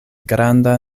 granda